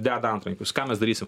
deda antrankius ką mes darysim